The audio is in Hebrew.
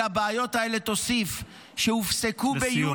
אל הבעיות האלה תוסיף שהופסקו ביולי --- לסיום,